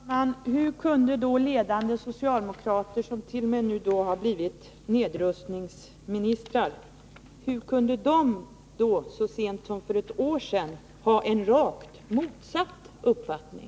Fru talman! Hur kunde då ledande socialdemokrater, som t.o.m. har blivit nedrustningsministrar, så sent som för ett år sedan ha en rakt motsatt uppfattning?